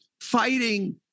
fighting